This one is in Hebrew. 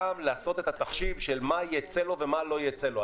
לעשות את התחשיב של מה יצא לו ומה לא יצא לו.